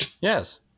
Yes